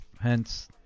hence